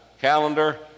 calendar